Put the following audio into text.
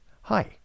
Hi